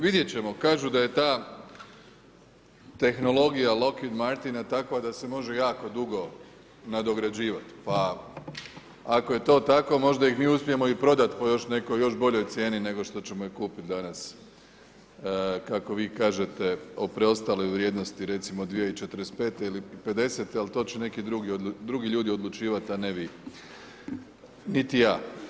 Vidjet ćemo, kažu da je ta tehnologija Locknin Martina takva da se može jako dugo nadograđivati pa ako je to tako, možda ih mi uspijemo i prodati po još nekoj, još boljoj cijeni nego što ćemo ih kupit danas, kako vi kažete o preostaloj vrijednosti recimo 2045. ili '50. ali to će neki drugi ljudi odlučivati, a ne vi, niti ja.